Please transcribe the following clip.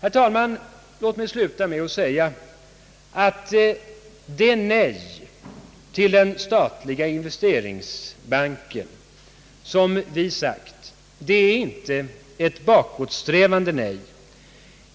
Låt mig, herr talman, sluta med att säga att vårt nej till den statliga investeringsbanken icke är ett bakåtsträvande nej.